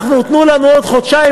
תנו לנו עוד חודשיים,